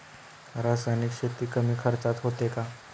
रासायनिक शेती कमी खर्चात होते का?